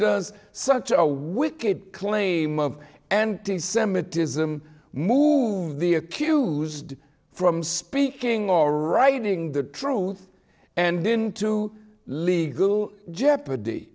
does such a wicked claim of anti semitism move the accused from speaking or writing the truth and into legal jeopardy